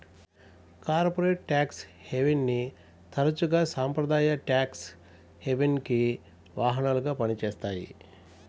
corporate tax హెవెన్ని తరచుగా సాంప్రదాయ ట్యేక్స్ హెవెన్కి వాహనాలుగా పనిచేస్తాయి